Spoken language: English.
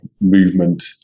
movement